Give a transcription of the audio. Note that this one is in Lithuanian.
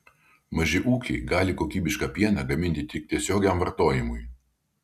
maži ūkiai gali kokybišką pieną gaminti tik tiesiogiam vartojimui